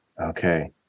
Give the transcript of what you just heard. Okay